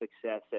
success